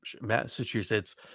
massachusetts